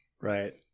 Right